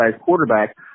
quarterback